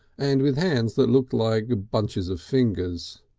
and with hands that looked like bunches of fingers.